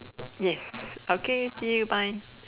yes okay see you bye